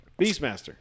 Beastmaster